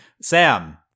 Sam